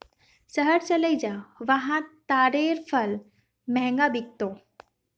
शहर चलइ जा वहा तारेर फल महंगा बिक तोक